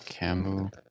Camu